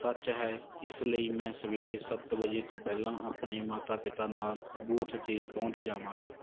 ਸੱਚ ਹੈ ਇਸ ਲਈ ਮੈਂ ਸਵੇਰੇ ਸੱਤ ਵਜੇ ਤੋਂ ਪਹਿਲਾਂ ਆਪਣੇ ਮਾਤਾ ਪਿਤਾ ਨਾਲ ਬੂਥ 'ਤੇ ਪਹੁੰਚ ਜਾਵਾਂਗਾ